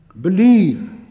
believe